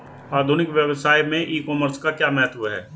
आधुनिक व्यवसाय में ई कॉमर्स का क्या महत्व है?